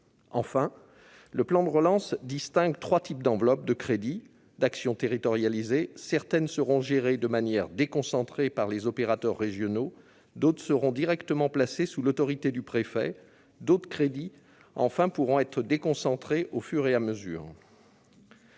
Enfin, le plan de relance distingue trois types d'enveloppes de crédits « d'actions territorialisées »: certaines seront gérées de manière déconcentrée par les opérateurs régionaux, d'autres seront directement placées sous l'autorité du préfet, d'autres enfin pourront être déconcentrées au fur et à mesure.